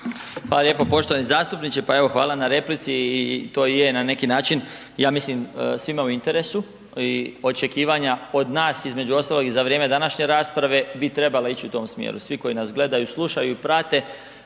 Hvala lijepo, poštovani zastupniče, pa evo hvala na replici i, i to i je na neki način ja mislim svima u interesu i očekivanja od nas između ostalog i za vrijeme današnje rasprave bi trebala ić u tom smjeru, svi koji nas gledaju i slušaju i prate